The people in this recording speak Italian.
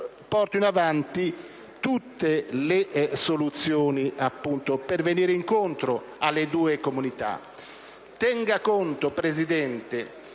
porti avanti tutte le soluzioni per andare incontro alle due comunità. Tenga conto, signora